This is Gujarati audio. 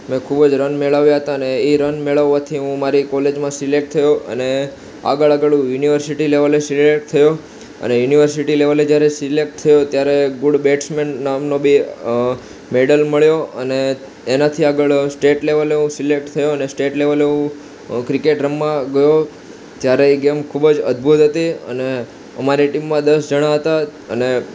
મેં ખૂબ જ રન મેળવ્યા હતા ને એ રન મેળવવાથી હું મારી કોલેજમાં સિલેક્ટ થયો અને આગળ આગળ હું યુનિવર્સિટી લેવલે સિલેક્ટ થયો અને યુનિવર્સિટી લેવલે જ્યારે સિલેક્ટ થયો ત્યારે ગુડ બેટ્સમેન નામનો બી મેડલ મળ્યો અને એનાથી આગળ સ્ટેટ લેવલે હું સિલેક્ટ થયો અને સ્ટેટ લેવલે હું ક્રિકેટ રમવા ગયો ત્યારે એ ગેમ ખૂબ જ અદ્ભૂત હતી અને અમારી ટીમમાં દસ જણા હતા અને